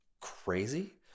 crazy